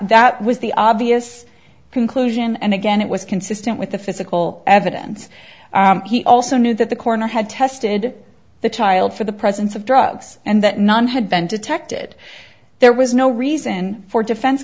that was the obvious conclusion and again it was consistent with the physical evidence he also knew that the coroner had tested the child for the presence of drugs and that none had been detected there was no reason for defense